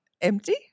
empty